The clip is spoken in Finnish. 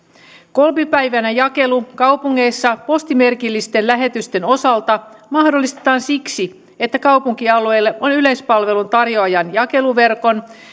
kolmipäiväinen jakelu kaupungeissa postimerkillisten lähetysten osalta mahdollistetaan siksi että kaupunkialueilla on yleispalvelun tarjoajan jakeluverkon